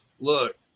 look